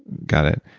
got it.